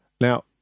Now